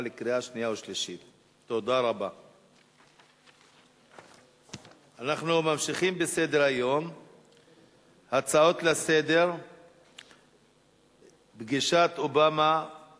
בעד, 6. נגד, נמנעים,